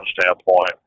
standpoint